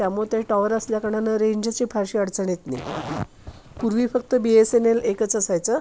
त्यामुळे ते टॉवर असल्या कारणानं रेंजची फारशी अडचण येत नाही पूर्वी फक्त बी एस एन एल एकच असायचं